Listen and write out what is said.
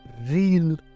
real